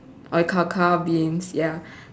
cacao beans ya